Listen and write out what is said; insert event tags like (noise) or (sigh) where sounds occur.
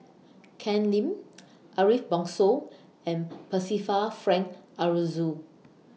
Ken Lim (noise) Ariff Bongso and Percival Frank Aroozoo